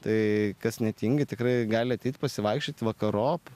tai kas netingi tikrai gali ateit pasivaikščioti vakarop